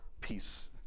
peace